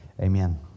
Amen